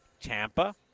Tampa